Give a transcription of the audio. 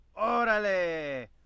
Orale